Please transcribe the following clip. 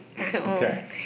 Okay